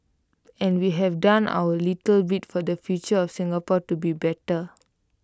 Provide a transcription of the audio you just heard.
and we have done our little bit for the future of Singapore to be better